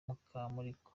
mukamurigo